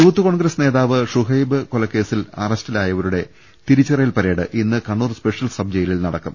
youth Congress നേതാവ് ഷുഹൈബ് കൊലക്കേ സിൽ അറസ്റ്റിലായവരുടെ തിരിച്ചറിയൽ പരേഡ് ഇന്ന് കണ്ണൂർ സ്പെഷ്യൽ സബ് ജയിലിൽ നടക്കും